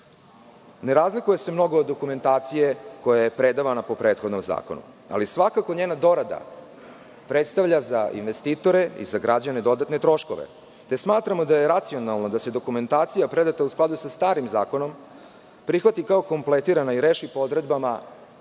ne razlikuje se mnogo od dokumentacija koja je predavana po prethodnom zakonu ali svakako njena dorada predstavlja za investitore i za građane dodatne troškove. Smatramo da je racionalno da se dokumentacija predata u skladu sa starim zakonom prihvati kao kompletirana i reši po odredbama